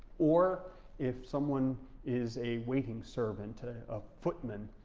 or if someone is a waiting servant, ah a footman,